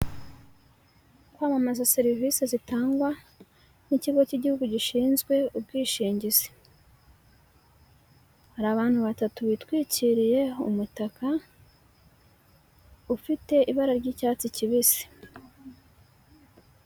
Kwamamaza serivisi zitangwa n'ikigo cy'igihugu gishinzwe ubwishingizi, hari abantu batatu bitwikiriye umutaka ufite ibara ry'icyatsi kibisi.